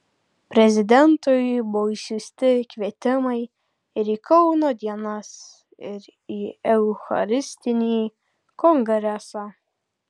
prezidentui buvo išsiųsti kvietimai ir į kauno dienas ir į eucharistinį kongresą